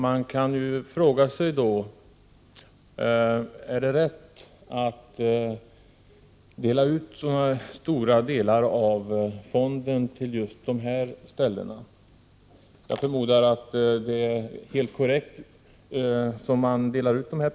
Man kan fråga sig om det är riktigt att stora delar av fonden går till just dessa områden, men jag förmodar att pengarna delas ut på ett korrekt sätt.